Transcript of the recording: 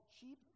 cheap